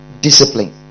discipline